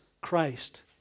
Christ